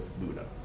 Buddha